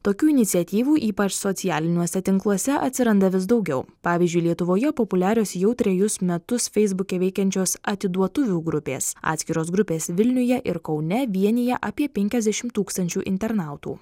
tokių iniciatyvų ypač socialiniuose tinkluose atsiranda vis daugiau pavyzdžiui lietuvoje populiarios jau trejus metus feisbuke veikiančios atiduotuvių grupės atskiros grupės vilniuje ir kaune vienija apie penkiasdešim tūkstančių internautų